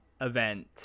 event